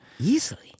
Easily